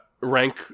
Rank